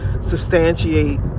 substantiate